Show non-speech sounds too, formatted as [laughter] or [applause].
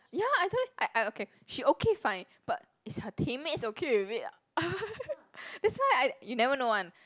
ya I told you I I okay she okay fine but is her teammates okay with it [laughs] that's why I you never know one